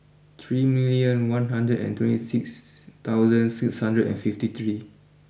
three million one hundred and twenty six thousand six hundred and fifty three